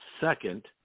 second